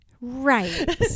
Right